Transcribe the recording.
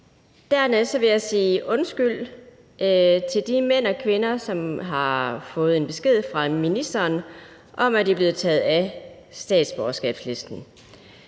Dernæst vil jeg sige undskyld til de mænd og kvinder, som har fået en besked fra ministeren om, at de er blevet taget af statsborgerskabslisten.